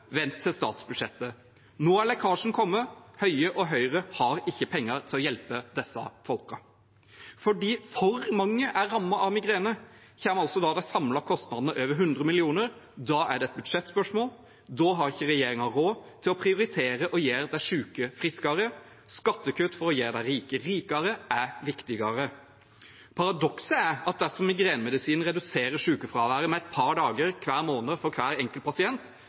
Vent til statsbudsjettet. Nå er lekkasjen kommet, og Høyre og Høie har ikke penger til å hjelpe disse folkene. Fordi for mange er rammet av migrene, kommer de samlede kostnadene på over 100 mill. kr. Da er det et budsjettspørsmål, og da har ikke regjeringen råd til å prioritere å gjøre de syke friskere. Skattekutt for å gjøre de rike rikere er viktigere. Paradokset er at dersom migrenemedisinen reduserer sykefraværet med et par dager hver måned for hver enkelt pasient,